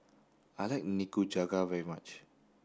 I like Nikujaga very much